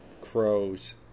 crows